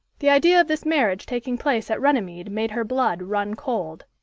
the idea of this marriage taking place at runnymede made her blood run cold.